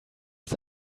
his